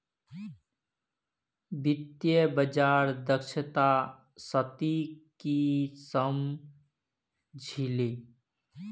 वित्तीय बाजार दक्षता स ती की सम झ छि